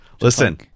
Listen